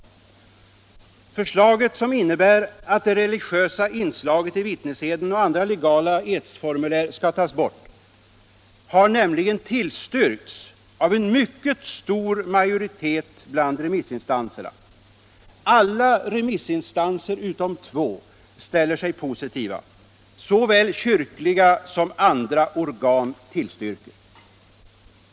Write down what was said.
Detta förslag, som innebär att det religiösa inslaget i vittneseden och andra legala edsformulär skall tas bort, har nämligen tillstyrkts av en mycket stor majoritet bland remissinstanserna. Alla remissinstanser utom två ställer sig positiva. Såväl kyrkliga som andra organ tillstyrker.